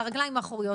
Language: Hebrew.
על הרגליים האחוריות,